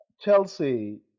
Chelsea